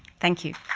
thank you.